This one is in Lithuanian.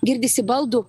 girdisi baldų